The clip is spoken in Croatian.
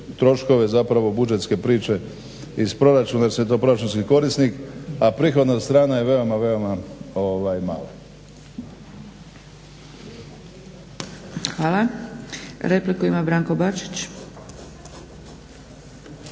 zapravo budžetske priče iz proračuna jer … proračunski korisnik a prihodna strana je veoma, veoma mala. **Zgrebec, Dragica